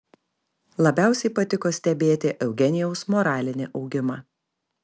labiausiai patiko stebėti eugenijaus moralinį augimą